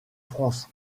france